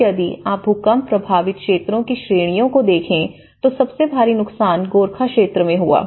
अब यदि आप भूकंप प्रभावित क्षेत्रों की श्रेणियों को देखें तो सबसे भारी नुकसान गोरखा क्षेत्र में हुआ